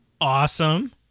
Awesome